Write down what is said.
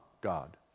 god